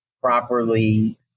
properly